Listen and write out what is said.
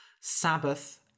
Sabbath